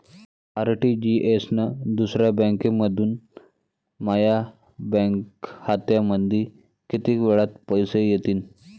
RTGS न दुसऱ्या बँकेमंधून माया बँक खात्यामंधी कितीक वेळातं पैसे येतीनं?